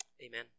Amen